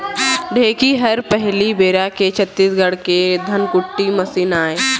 ढेंकी हर पहिली बेरा के छत्तीसगढ़ के धनकुट्टी मसीन आय